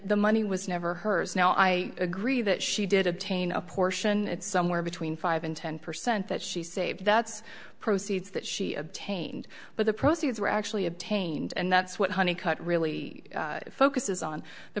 the money was never hers now i agree that she did obtain a portion it's somewhere between five and ten percent that she saved that's proceeds that she obtained but the proceeds were actually obtained and that's what honey cut really focuses on the